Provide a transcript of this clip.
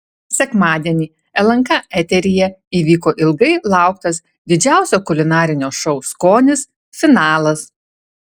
sekmadienį lnk eteryje įvyko ilgai lauktas didžiausio kulinarinio šou skonis finalas